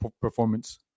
performance